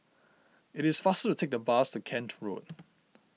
it is faster to take the bus to Kent Road